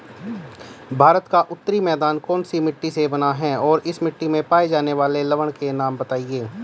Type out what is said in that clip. भारत का उत्तरी मैदान कौनसी मिट्टी से बना है और इस मिट्टी में पाए जाने वाले लवण के नाम बताइए?